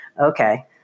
Okay